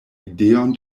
ideon